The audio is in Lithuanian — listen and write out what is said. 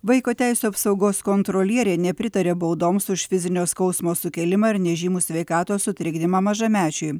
vaiko teisių apsaugos kontrolierė nepritarė baudoms už fizinio skausmo sukėlimą ir nežymų sveikatos sutrikdymą mažamečiui